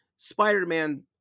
Spider-Man